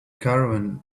caravan